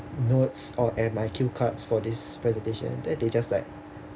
notes or and my cue cards for this presentation then they just like